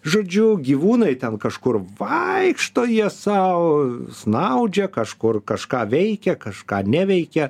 žodžiu gyvūnai ten kažkur vaikšto jie sau snaudžia kažkur kažką veikia kažką neveikia